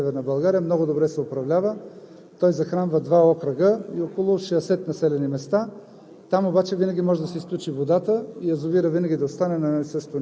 „Реченска бара“ винаги е на 98 – 99% – язовир в Северна България, много добре се управлява, захранва два окръга и около 60 населени места.